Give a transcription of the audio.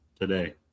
today